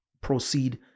proceed